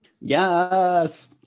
Yes